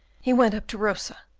he went up to rosa,